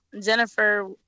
Jennifer